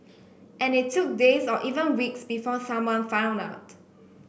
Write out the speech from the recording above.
and it took days or even weeks before someone found out